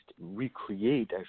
recreate